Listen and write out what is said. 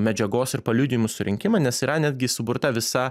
medžiagos ir paliudijimų surinkimą nes yra netgi suburta visa